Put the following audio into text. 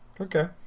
Okay